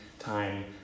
time